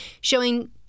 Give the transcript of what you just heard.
showing